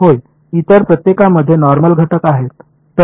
होय इतर प्रत्येकामध्ये नॉर्मल घटक आहेत